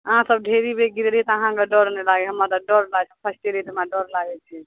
अहाँ सब ढेरी बेर गिरेलियै तऽ अहाँके डर नहि लागै हमरा तऽ डर लागै फर्स्टे बेर हमरा डर लागै छै